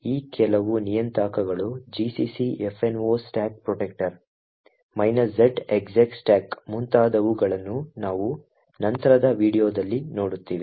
ಆದ್ದರಿಂದ ಈ ಕೆಲವು ನಿಯತಾಂಕಗಳು gcc fno stack protector z execstack ಮುಂತಾದವುಗಳನ್ನು ನಾವು ನಂತರದ ವೀಡಿಯೊದಲ್ಲಿ ನೋಡುತ್ತೇವೆ